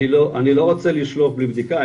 אני לא רוצה לשלוף בלי בדיקה,